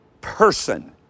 person